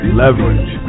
leverage